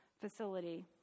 facility